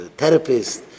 therapist